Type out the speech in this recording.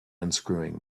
unscrewing